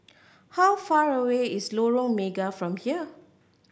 how far away is Lorong Mega from here